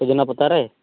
ᱥᱚᱡᱚᱱᱟ ᱯᱟᱛᱟ ᱨᱮ